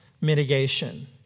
mitigation